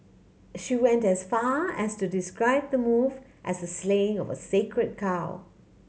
she went as far as to describe the move as the slaying of a sacred cow